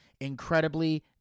incredibly